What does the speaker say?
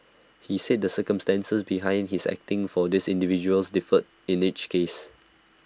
he said the circumstances behind his acting for these individuals differed in each case